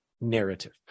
narrative